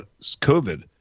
COVID